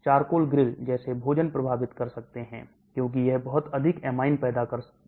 Charcoal grill जैसे भोजन प्रभावित कर सकते हैं क्योंकि यह बहुत अधिक amine पैदा करता है